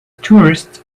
tourists